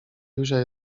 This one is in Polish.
józia